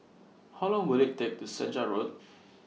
How Long Will IT Take to Senja Road